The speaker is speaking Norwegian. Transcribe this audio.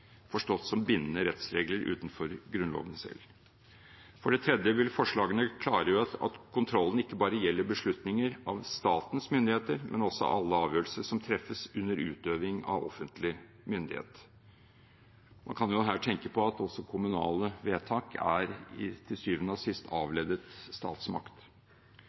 forstått som bindende rettsregler utenfor Grunnloven selv. For det tredje vil forslagene klargjøre at kontrollen ikke bare gjelder beslutninger av «statens myndigheter», men også alle avgjørelser som treffes under utøving av offentlig myndighet. Man kan jo her tenke på at også kommunale vedtak til syvende og sist er avledet statsmakt.